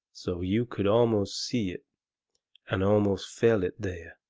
so you could almost see it and almost feel it there,